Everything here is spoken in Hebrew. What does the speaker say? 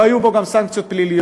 לא היו בו סנקציות פליליות,